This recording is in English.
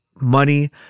money